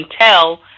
tell